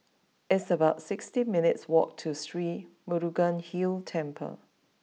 it's about sixty minutes' walk to Sri Murugan Hill Temple